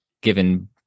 given